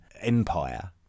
empire